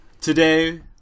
Today